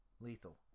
Lethal